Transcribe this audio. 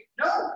No